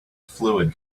fluid